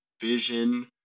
vision